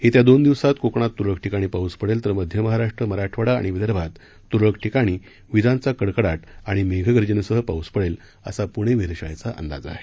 येत्या दोन दिवसात कोकणात तुरळक ठिकाणी पाऊस पडेल तर मध्य महाराष्ट्र मराठवाडा आणि विदर्भात तुरळक ठिकाणी विजांचा कडकडाट आणि मेघगर्जनेसह पाऊस पडेल असा पुणे वेधशाळेचा अंदाज आहे